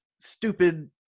stupid